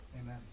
amen